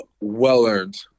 well-earned